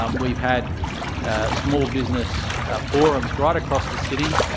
um we've had small business forums right across the city,